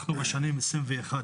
אנחנו בשנים 2021,